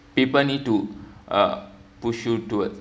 people need to uh push you towards